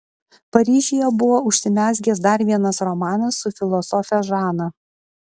paryžiuje buvo užsimezgęs dar vienas romanas su filosofe žana